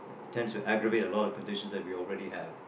tends to aggravate a lot of conditions that we already have